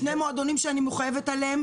שני מועדונים שאני מחויבת אליהם,